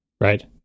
Right